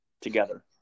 Together